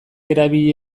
erabili